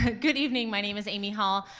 ah good evening, my name is amy hall,